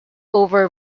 over